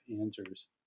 answers